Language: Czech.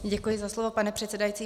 Děkuji za slovo, pane předsedající.